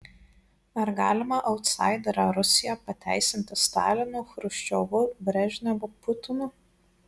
ar galima autsaiderę rusiją pateisinti stalinu chruščiovu brežnevu putinu